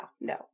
no